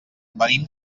venim